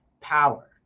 power